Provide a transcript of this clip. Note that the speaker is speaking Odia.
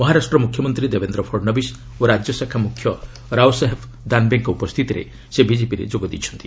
ମହରାଷ୍ଟ୍ର ମୁଖ୍ୟମନ୍ତ୍ରୀ ଦେବେନ୍ଦ୍ର ଫଡ଼ଶବୀଶ ଓ ରାଜ୍ୟ ଶାଖା ମୁଖ୍ୟ ରାଓ ସାହେବ ଦାନ୍ବେଙ୍କ ଉପସ୍ଥିତିରେ ସେ ବିଜେପିରେ ଯୋଗ ଦେଇଛନ୍ତି